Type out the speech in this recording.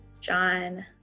john